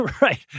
Right